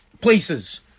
places